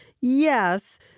Yes